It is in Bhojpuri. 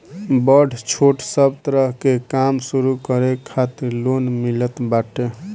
बड़ छोट सब तरह के काम शुरू करे खातिर लोन मिलत बाटे